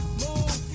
move